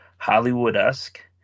hollywood-esque